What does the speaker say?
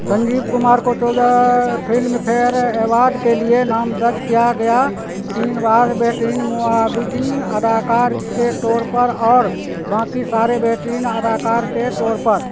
سنجیو کمار کو چودا Filmfare award کے لیے نام درج کیا گیا تین بار بہترین معاون اداکار کے طور پر اور باقی سارے بہترین اداکار کے طور پر